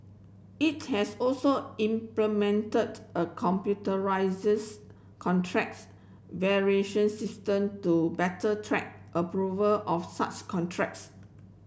it has also implemented a contracts variation system to better track approval of such contracts